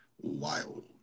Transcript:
wild